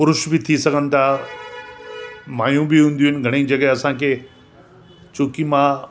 पुरुष बि थी सघनि था मायूं बि हूंदियूं इन घणेई जॻहि असांखे चूंकि मां